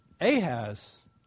Ahaz